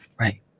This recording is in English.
Right